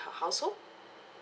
her household